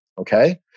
Okay